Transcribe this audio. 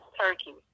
Turkey